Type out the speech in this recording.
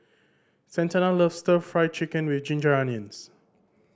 Santana loves Stir Fry Chicken with ginger onions